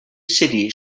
city